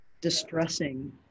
distressing